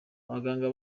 abaganga